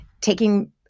taking